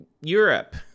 Europe